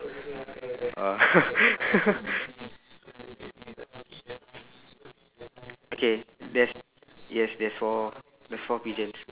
orh okay there's yes there's four more there's four pigeons